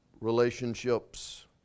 Relationships